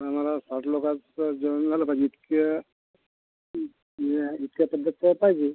हा मला साठ लोकांचं जेवण झालं पाहिजे इतक्या म्हणजे इतक्या पद्धतीचं पाहिजे